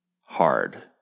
hard